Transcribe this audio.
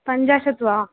पञ्चाशत् वा